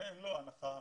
אין לו הנחה מלאה.